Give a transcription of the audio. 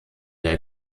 der